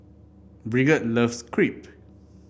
Brigitte loves Crepe